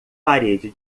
parede